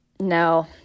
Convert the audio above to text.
No